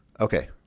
Okay